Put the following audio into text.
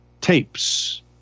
tapes